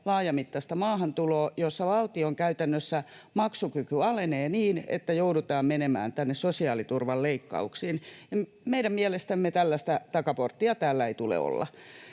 laajamittaista maahantuloa, että valtion käytännössä maksukyky alenee niin, että joudutaan menemään tänne sosiaaliturvan leikkauksiin. Meidän mielestämme tällaista takaporttia täällä ei tule olla.